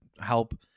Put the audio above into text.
help